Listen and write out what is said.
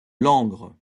langres